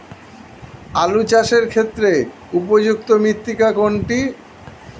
আলু চাষের ক্ষেত্রে উপযুক্ত মৃত্তিকা কোনটি?